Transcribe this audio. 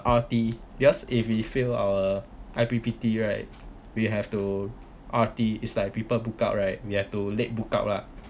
R_T because if you fail our I_P_P_T right we have to R_T is like people book out right we have to late book out lah